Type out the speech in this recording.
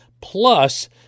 Plus